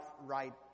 right